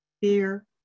fear